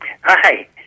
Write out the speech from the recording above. Hi